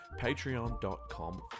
Patreon.com